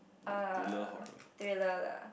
uh thriller lah